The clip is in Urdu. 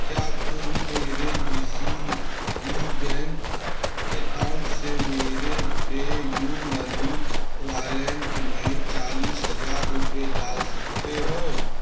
کیا تم میرے D C B bank account سے میرے پے یو منی والیٹ میں چالیس ہزار روپے ڈال سکتے ہو